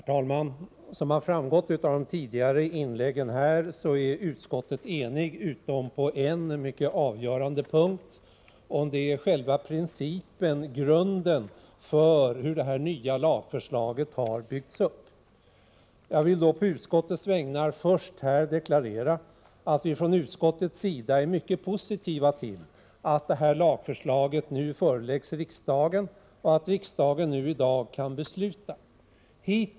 Herr talman! Som framgått av de tidigare inläggen här är utskottet enigt utom på en mycket avgörande punkt, nämligen den om själva principen, grunden, för hur detta nya lagförslag har byggts upp. Jag vill på utskottets vägnar först deklarera att utskottet är mycket positivt till att detta lagförslag nu föreläggs riksdagen och riksdagen i dag kan besluta om detta.